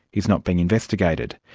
is not being investigated.